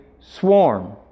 swarm